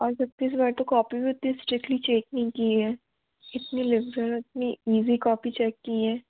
और सर इस बार तो कौपी भी उतनी इस्ट्रीकटली चेकिंग की है इतनी लिबरल उतनी इजी कौपी चेक की है